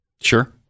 Sure